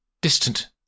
Distant